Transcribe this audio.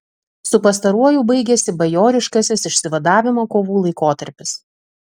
su pastaruoju baigėsi bajoriškasis išsivadavimo kovų laikotarpis